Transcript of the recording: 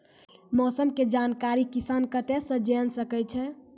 मौसम के जानकारी किसान कता सं जेन सके छै?